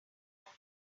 low